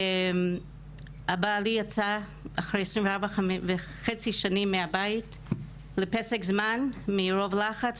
בעלי יצא אחרי 24.5 שנים מהבית לפסק זמן מרוב לחץ,